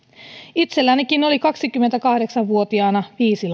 itsellänikin oli kaksikymmentäkahdeksan vuotiaana viisi